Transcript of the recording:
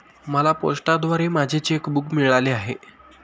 मला पोस्टाद्वारे माझे चेक बूक मिळाले आहे